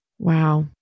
Wow